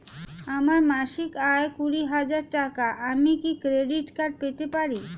আমার মাসিক আয় কুড়ি হাজার টাকা আমি কি ক্রেডিট কার্ড পেতে পারি?